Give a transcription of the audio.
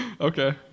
Okay